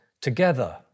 together